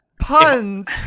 puns